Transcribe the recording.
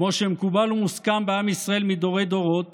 כמו שמקובל ומוסכם בעם ישראל מדורי-דורות